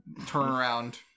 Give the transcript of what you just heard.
turnaround